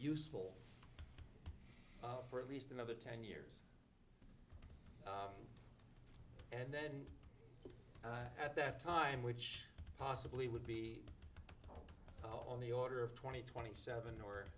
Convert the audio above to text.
useful for at least another ten years and then i had that time which possibly would be on the order of twenty twenty seven or